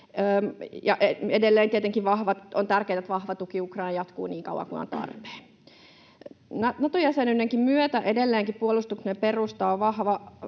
edelleen tietenkin on tärkeätä, että vahva tuki Ukrainaan jatkuu niin kauan kuin on tarpeen. Nato-jäsenyydenkin myötä edelleenkin puolustuksemme perusta on vahva